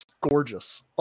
gorgeous